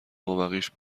مابقیش